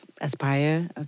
aspire